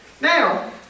Now